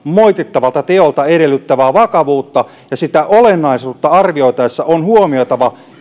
moitittavalta teolta edellytettävää vakavuutta ja sitä olennaisuutta arvioitaessa on huomioitava